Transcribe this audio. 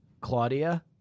Claudia